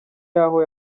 yaho